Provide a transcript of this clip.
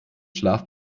schlaf